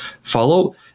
follow